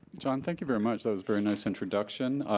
john thank you very much, that was very nice introduction.